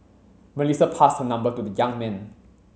Melissa passed her number to the young man